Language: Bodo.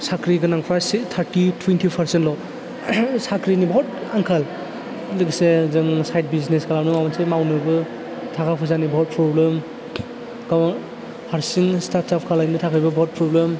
साख्रि गोनांफ्रसो टारथि टुनटि पारसेनल' साख्रिनि बहुद आंखाल लोगोसे जों साइट बिजिनेस खालामनो माबा मोनसे मावनोबो टाका पैसाानि बहुद फ्रब्लेम गाव हारसिं सिटार्टआप खालामनोबो बहुद पब्लेम